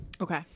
Okay